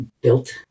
built